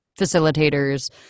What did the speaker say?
facilitators